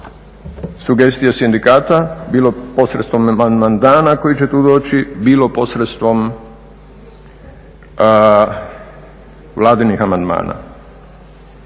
sugestije od sindikata, bilo posredstvom amandmana koji će tu doći, bilo posredstvom Vladinih amandmana.